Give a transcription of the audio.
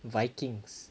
vikings